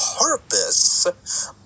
purpose